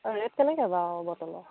অঁ ৰেট কেনেকৈ বাৰু বটলৰ